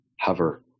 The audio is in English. hover